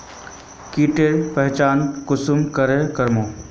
कीटेर पहचान कुंसम करे करूम?